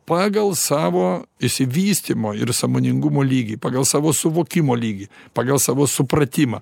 pagal savo išsivystymo ir sąmoningumo lygį pagal savo suvokimo lygį pagal savo supratimą